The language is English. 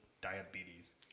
diabetes